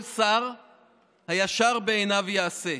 כל שר הישר בעיניו יעשה.